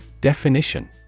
Definition